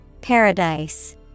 Paradise